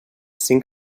cinc